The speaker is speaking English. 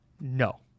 No